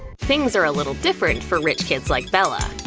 things are a little different for rich kids like bella.